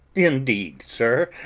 indeed, sir,